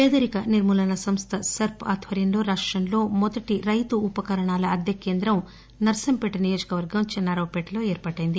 పేదరిక నిర్మూలన సంస్ద సెర్ప్ ఆధ్వర్యంలో రాష్టంలో మొదటి రైతు ఉపకరణాల అద్దె కేంద్రం నర్పంపేట నియోజకవర్గం చెన్నారావు పేటలో ఏర్పాటయింది